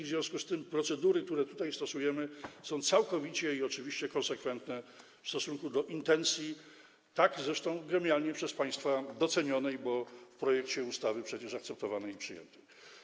W związku z tym procedury, które tutaj stosujemy, są całkowicie konsekwentne w stosunku do intensji, zresztą gremialnie przez państwa docenionej, bo w projekcie ustawy przecież akceptowanej i przyjętej.